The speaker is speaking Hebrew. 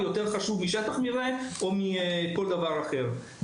יותר חשוב משטח מרעה ומכל דבר אחר.